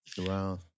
wow